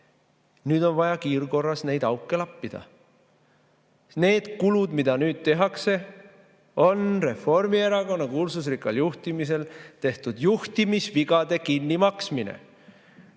Nüüd on vaja kiirkorras neid auke lappida. Need kulud, mida nüüd tehakse, on Reformierakonna kuulsusrikkal juhtimisel tehtud juhtimisvigade kinnimaksmine.